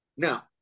Now